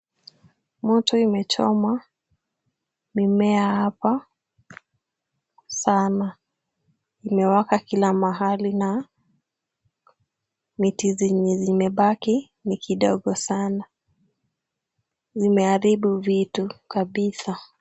Moto imechoma mimea hapa sana. Inawaka kila mahali na miti zenye zimebaki ni kidogo sana. Zimeharibu vitu kabisa.